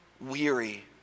weary